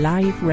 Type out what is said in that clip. Live